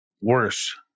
Worse